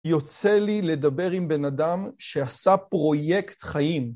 יוצא לי לדבר עם בן אדם שעשה פרויקט חיים.